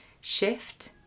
shift